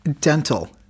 dental